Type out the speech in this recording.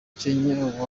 kenya